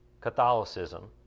Catholicism